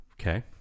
Okay